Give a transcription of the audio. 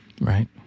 Right